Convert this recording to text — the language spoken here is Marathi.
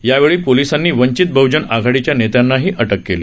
यावेळी पोलिसांनी वंचित बहजन आघाडीच्या नेत्यांना अटक केली